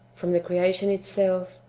from the creation itself,